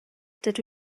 dydw